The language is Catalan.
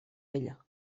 ella